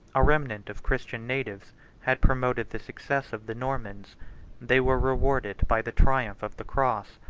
a remnant of christian natives had promoted the success of the normans they were rewarded by the triumph of the cross.